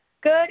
Good